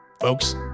Folks